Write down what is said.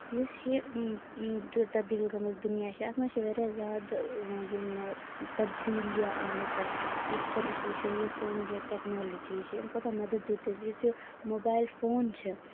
یُس یہِ تبدیٖل گٔمٕژ دُنیا چھِ اَتھ منٛز چھِ واریاہ زیادٕ یِم تبدیٖلیاں آمٕژَن یِتھ کٔنۍ أسۍ وٕچھو یُس سٲنۍ یہِ ٹیکنالوجی چھِ أمۍ کوٗتاہ مَدد دیُٚت اَسہِ یُس یہِ موبایِل فون چھِ